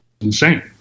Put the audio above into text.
insane